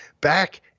back